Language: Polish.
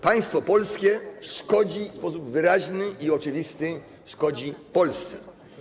Państwo polskie w sposób wyraźny i oczywisty szkodzi Polsce.